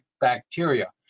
bacteria